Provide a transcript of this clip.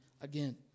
again